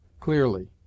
clearly